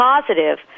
positive